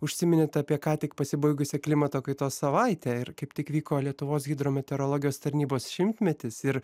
užsiminėt apie ką tik pasibaigusią klimato kaitos savaitę ir kaip tik vyko lietuvos hidrometeorologijos tarnybos šimtmetis ir